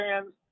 fans